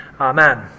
amen